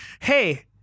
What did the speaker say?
hey